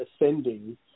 ascending